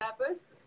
rappers